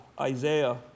Isaiah